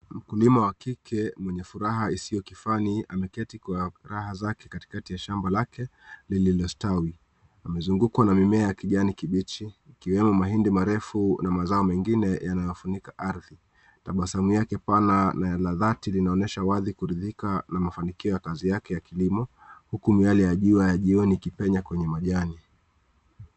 Mkulima wa kike mwenye furaha isiyo kifani ameketi kwa furaha zake katika ya shamba lake lililo stawi. Amezungukwa na mmea ya kijani kibichi ikiwemo mahindi marefu na mazao mengine yanafunika ardhi. Tabasamu ya dhani inaonesha kurudhika na mafanikio yake ya kilimo miale ya jua ya jioni ikipenya kwenye majani.